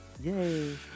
yay